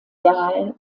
dahl